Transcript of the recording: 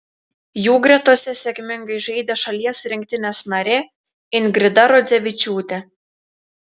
jų gretose sėkmingai žaidė šalies rinktinės narė ingrida rodzevičiūtė